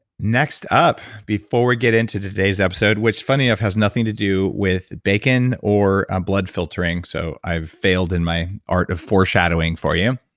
next up, before we get into today's episode, which funny enough, has nothing to do with bacon or blood filtering, so i've failed in my art of foreshadowing for you.